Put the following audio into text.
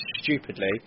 stupidly